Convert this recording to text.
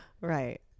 Right